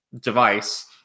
device